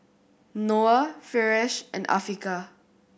Noah Firash and Afiqah